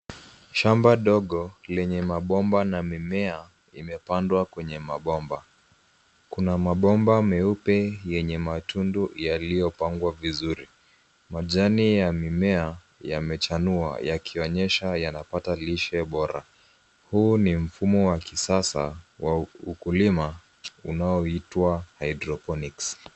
Shamba ndogo lenye mabomba na mimea imepandwa kwenye mabomba. Kuna mabomba meupe yenye matundu yaliyopangwa vizuri. Majani ya mimea yamechanua, yakionyesha yanapata lishe bora. Huu ni mfumo wa kisasa wa ukulima, unaoitwa hydrophonics .